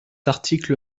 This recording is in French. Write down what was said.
article